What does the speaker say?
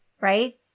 Right